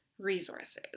Resources